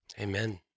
Amen